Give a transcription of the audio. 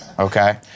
Okay